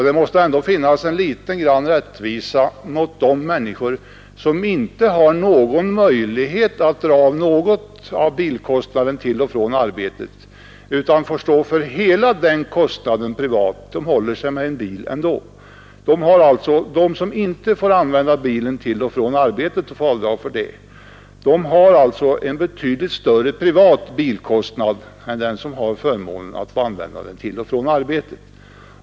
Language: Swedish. Det måste ju finnas litet rättvisa med tanke på de människor som inte har möjlighet att dra av några kostnader för färd med bil till och från arbetet men som håller sig med bil ändå. De som inte kan använda bilen till och från arbetet och få avdrag för detta har alltså en betydligt större bilkostnad än de som har förmånen att kunna använda bilen till och från arbetet.